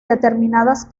determinadas